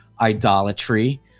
idolatry